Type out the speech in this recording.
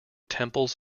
temples